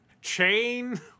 chain